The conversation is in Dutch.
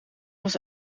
was